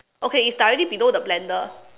okay it's directly below the blender